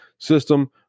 system